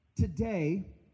Today